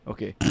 Okay